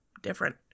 different